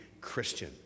Christian